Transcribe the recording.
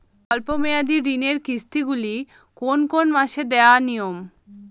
স্বল্প মেয়াদি ঋণের কিস্তি গুলি কোন কোন মাসে দেওয়া নিয়ম?